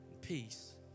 peace